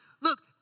Look